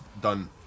done